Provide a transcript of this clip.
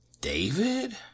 David